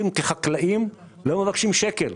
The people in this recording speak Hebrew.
כחקלאים אנחנו לא מבקשים ולו שקל.